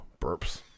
burps